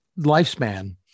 lifespan